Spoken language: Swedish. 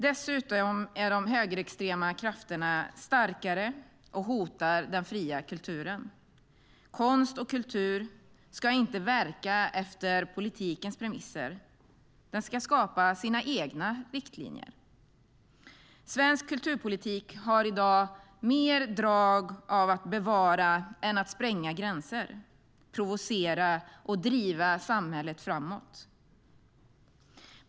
Dessutom är de högerextrema krafterna starkare och hotar den fria kulturen. Konst och kultur ska inte verka efter politikens premisser. De ska skapa sina egna riktlinjer. Svensk kulturpolitik har i dag mer drag av att bevara än av att spränga gränser, provocera och driva samhället framåt.